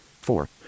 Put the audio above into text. Four